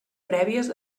prèvies